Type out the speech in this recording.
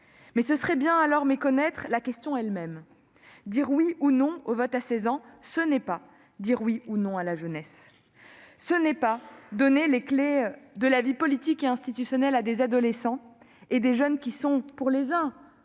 loin. Ce serait bien méconnaître la question elle-même : dire oui ou non au vote à 16 ans, ce n'est pas dire oui ou non à la jeunesse, ce n'est pas donner les clés de la vie politique et institutionnelle à des adolescents et à des jeunes qui sont, pour les uns,